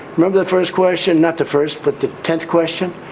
remember the first question? not the first, but the tenth question?